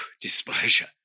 displeasure